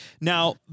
Now